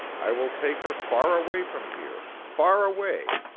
i will take her far away from here, far away,